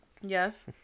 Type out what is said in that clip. yes